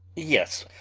yes,